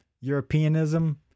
Europeanism